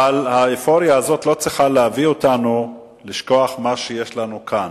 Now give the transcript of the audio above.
אבל האופוריה הזאת לא צריכה להביא אותנו לשכוח מה שיש לנו כאן.